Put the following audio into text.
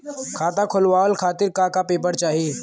खाता खोलवाव खातिर का का पेपर चाही?